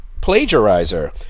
plagiarizer